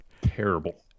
Terrible